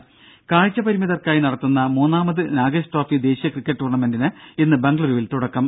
ദ്ദേ കാഴ്ച പരിമിതർക്കായി നടത്തുന്ന മൂന്നാമത് നാഗേഷ് ട്രോഫി ദേശീയ ക്രിക്കറ്റ് ടൂർണമെന്റിന് ഇന്ന് ബംഗലൂരുവിൽ തുടക്കം